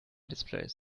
displays